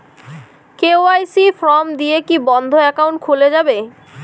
KYC form দিয়ে কি বন্ধ একাউন্ট খুলে যাবে?